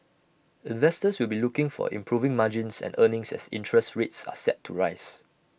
investors will be looking for improving margins and earnings as interest rates are set to rise